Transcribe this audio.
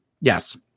Yes